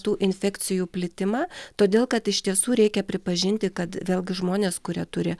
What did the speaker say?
tų infekcijų plitimą todėl kad iš tiesų reikia pripažinti kad vėlgi žmonės kurie turi